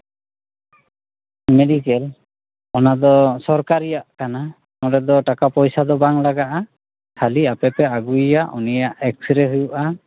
medical ᱚᱱᱟᱫᱚ ᱥᱚᱨᱠᱟᱨᱤᱭᱟᱜ ᱠᱟᱱᱟ ᱚᱸᱰᱮ ᱫᱚ ᱴᱟᱠᱟ ᱯᱚᱭᱥᱟ ᱫᱚ ᱵᱟᱝ ᱞᱟᱜᱟᱜᱼᱟ ᱠᱷᱟᱹᱞᱤ ᱟᱯᱮ ᱯᱮ ᱟᱹᱜᱩᱭᱮᱭᱟ ᱩᱱᱤᱭᱟᱜ ᱮᱠᱥᱨᱮ ᱦᱩᱭᱩᱜᱼᱟ